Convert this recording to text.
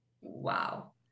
wow